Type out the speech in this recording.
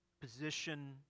position